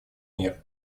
мер